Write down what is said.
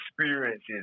experiences